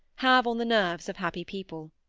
have on the nerves of happy people.